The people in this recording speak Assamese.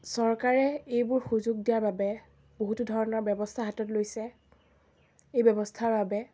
চৰকাৰে এইবোৰ সুযোগ দিয়াৰ বাবে বহুতো ধৰণৰ ব্যৱস্থা হাতত লৈছে এই ব্যৱস্থাৰ বাবে